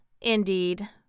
indeed